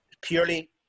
purely